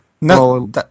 No